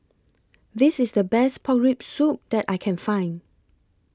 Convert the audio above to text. This IS The Best Pork Rib Soup that I Can Find